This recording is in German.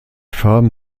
farben